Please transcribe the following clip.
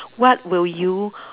what will you